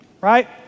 Right